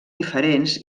diferents